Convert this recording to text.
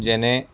যেনে